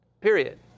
Period